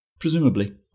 Presumably